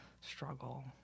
struggle